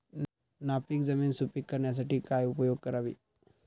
नापीक जमीन सुपीक करण्यासाठी काय उपयोग करावे?